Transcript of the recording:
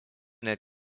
net